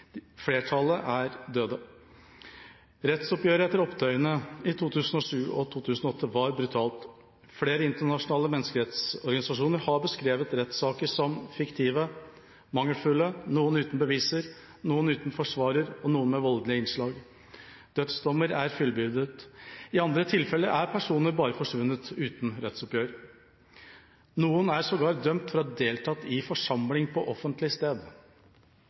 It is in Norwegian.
Flertallet er døde. Rettsoppgjøret etter opptøyene i 2007 og 2008 var brutalt. Flere internasjonale menneskerettsorganisasjoner har beskrevet rettssaker som fiktive og mangelfulle – noen uten beviser, noen uten forsvarer og noen med voldelige innslag. Dødsdommer er fullbyrdet. I andre tilfeller er personer bare forsvunnet uten rettsoppgjør. Noen er sågar dømt for å ha deltatt i forsamling på offentlig sted.